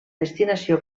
destinació